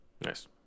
nice